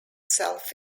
self